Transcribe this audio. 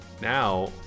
now